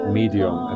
medium